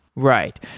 right.